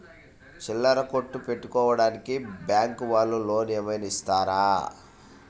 చిల్లర కొట్టు పెట్టుకోడానికి బ్యాంకు వాళ్ళు లోన్ ఏమైనా ఇస్తారా?